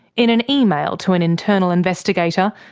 in an email to an internal investigator,